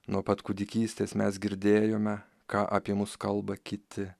nuo pat kūdikystės mes girdėjome ką apie mus kalba kiti